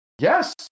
yes